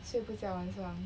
睡不着晚上